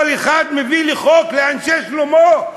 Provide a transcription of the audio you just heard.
כל אחד מביא חוק לאנשי שלומו,